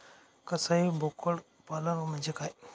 कसाई बोकड पालन म्हणजे काय?